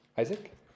Isaac